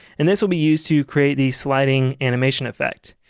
and this will be used to create the sliding animation effect.